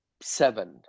seven